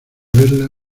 verla